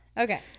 Okay